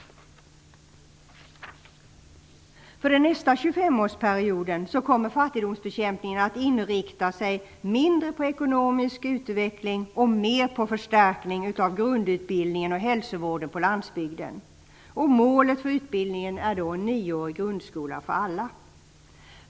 För nästa 25-årsperiod kommer fattigdomsbekämpningen att inriktas mindre på ekonomisk utveckling och mera på en förstärkning av grundutbildningen och hälsovården ute på landsbygden. Målet för utbildningen är nioårig grundskola för alla.